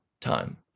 time